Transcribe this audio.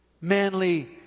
manly